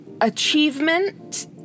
achievement